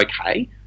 okay